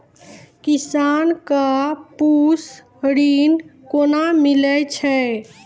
किसान कऽ पसु ऋण कोना मिलै छै?